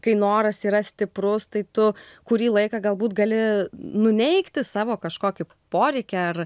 kai noras yra stiprus tai tu kurį laiką galbūt gali nuneigti savo kažkokį poreikį ar